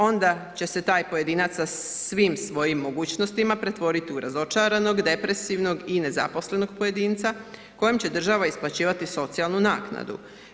Onda će se taj pojedinac sa svim svojim mogućnostima pretvoriti u razočaranog, depresivnog i nezaposlenog pojedinca kojem će država isplaćivati socijalnu naknadu.